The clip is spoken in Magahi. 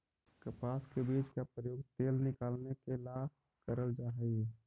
कपास के बीज का प्रयोग तेल निकालने के ला करल जा हई